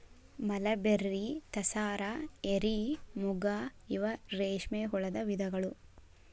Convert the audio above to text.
mulberry, tasar, eri, muga ಇವ ರೇಶ್ಮೆ ಹುಳದ ವಿಧಗಳು